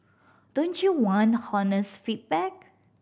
don't you want honest feedback